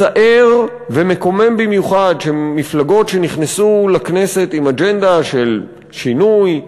מצער ומקומם במיוחד שמפלגות שנכנסו לכנסת עם אג'נדה של שינוי,